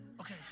Okay